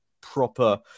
proper